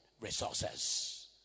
resources